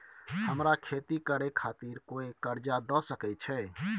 हमरा खेती करे खातिर कोय कर्जा द सकय छै?